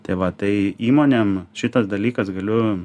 tai va tai įmonėm šitas dalykas galiu